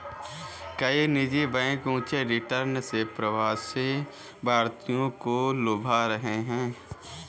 कई निजी बैंक ऊंचे रिटर्न से प्रवासी भारतीयों को लुभा रहे हैं